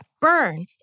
burn